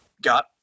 got